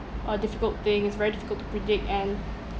uh difficult things very difficult to predict and